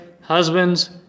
husbands